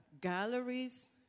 galleries